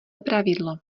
pravidlo